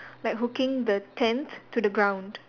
like hooking the tent to the ground